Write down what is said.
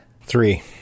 Three